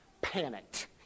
Panicked